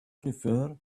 prefer